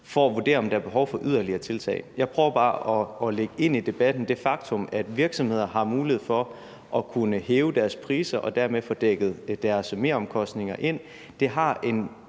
for at vurdere, om der er behov for yderligere tiltag. Jeg prøver bare at bringe det faktum ind i debatten, at virksomheder har mulighed for at kunne hæve deres priser og dermed få dækket deres meromkostninger.